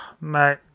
mate